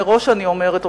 מראש אני אומרת,